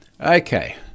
Okay